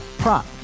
prop